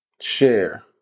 share